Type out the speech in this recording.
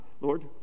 Lord